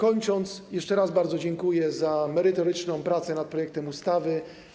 Kończąc, jeszcze raz bardzo dziękuję za merytoryczną pracę nad projektem ustawy.